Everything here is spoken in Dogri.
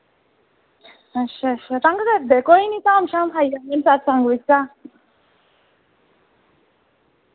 अच्छा अच्छा तंग करदे कोई नी धाम शाम खाई लैंदे सतसंग बिचा